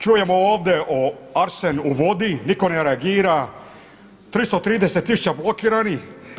Čujemo ovdje arsen u vodi, niko ne reagira, 330 tisuća blokiranih.